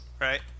right